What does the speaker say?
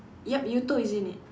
yup Yuuto is in it